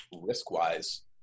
risk-wise